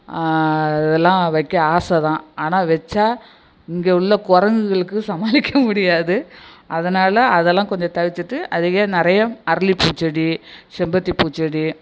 அதெல்லாம் வைக்க ஆசை தான் ஆனால் வச்சால் இங்கே உள்ள குரங்குங்களுக்கு சமாளிக்க முடியாது அதனால் அதெல்லாம் கொஞ்சம் தவிர்த்துவிட்டு அதிகம் நிறைய அரளிப்பூ செடி செம்பருத்திப்பூ செடி